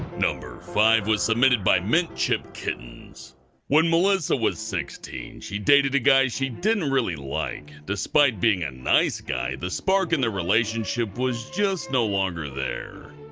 number five was submitted by mint-chip-kittens melissa when melissa was sixteen she dated a guy she didn't really like. despite being a nice guy, the spark in their relationship was just no longer there.